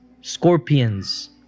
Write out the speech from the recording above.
scorpions